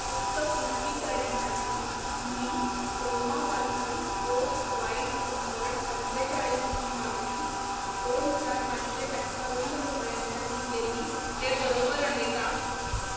फक्त पुष्टी करण्यासाठी मी क्रोमापासून बोस वाईट कम्फर्ट पंचेचाळीसची मागणी दोन हजार पाचशे अठ्ठावन्न रुपयांसाठी केली ते बरोबर आहे का